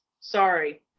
Sorry